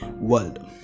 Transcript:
world